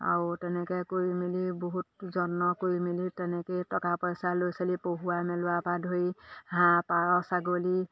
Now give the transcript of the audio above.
আও তেনেকৈ কৰি মেলি বহুত যত্ন কৰি মেলি তেনেকৈয়ে টকা পইচা ল'ৰা ছোৱালী পঢ়োৱা মেলোৱাৰ পৰা ধৰি হাঁহ পাৰ ছাগলী